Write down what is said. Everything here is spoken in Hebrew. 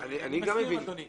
אני מסכים עם אדוני.